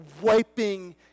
wiping